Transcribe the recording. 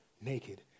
naked